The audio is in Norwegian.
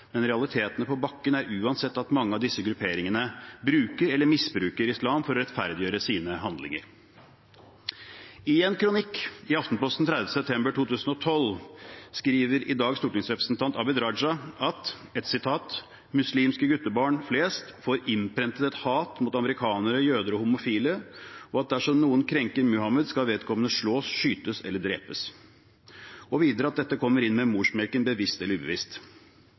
men realitetene på bakken er uansett at mange av disse grupperingene bruker eller misbruker islam for å rettferdiggjøre sine handlinger. I en kronikk i Aftenposten 30. september 2012 skriver nåværende stortingsrepresentant Abid Q. Raja at muslimske guttebarn flest får innprentet et hat mot amerikanere, jøder og homofile, og at dersom noen krenker Muhammed, skal vedkommende slås, skytes eller drepes. Videre skriver han at dette kommer inn med morsmelken, bevisst eller ubevisst.